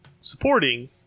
supporting